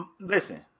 listen